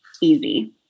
easy